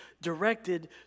directed